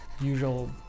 usual